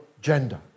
gender